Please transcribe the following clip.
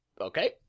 Okay